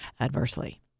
adversely